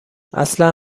اصلن